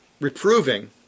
reproving